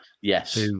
Yes